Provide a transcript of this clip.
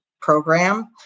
program